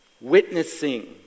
witnessing